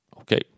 okay